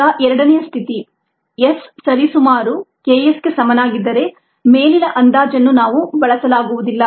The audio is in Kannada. ಈಗ ಎರಡನೆಯ ಸ್ಥಿತಿ s ಸರಿಸುಮಾರು K s ಗೆ ಸಮನಾಗಿದ್ದರೆ ಮೇಲಿನ ಅಂದಾಜನ್ನು ನಾವು ಬಳಸಲಾಗುವುದಿಲ್ಲ